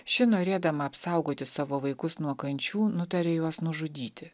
ši norėdama apsaugoti savo vaikus nuo kančių nutarė juos nužudyti